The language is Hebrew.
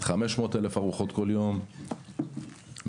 500,000 ארוחות כל יום,